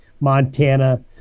Montana